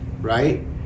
right